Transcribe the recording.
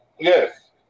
Yes